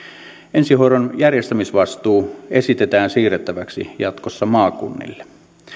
ensihoidon järjestämisvastuu esitetään siirrettäväksi jatkossa maakunnille